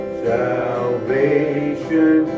salvation